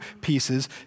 pieces